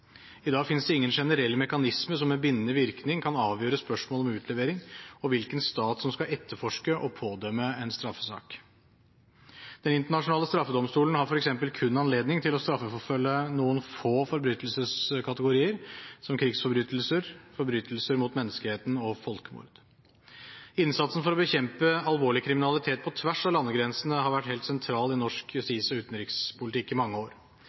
I dag finnes det ingen generell mekanisme som med bindende virkning kan avgjøre spørsmålet om utlevering og hvilken stat som skal etterforske og pådømme en straffesak. Den internasjonale straffedomstolen har f.eks. kun anledning til å straffeforfølge noen få forbrytelseskategorier, som krigsforbrytelser, forbrytelser mot menneskeheten og folkemord. Innsatsen for å bekjempe alvorlig kriminalitet på tvers av landegrensene har vært helt sentralt i norsk justis- og utenrikspolitikk i mange år.